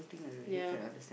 ya